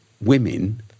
women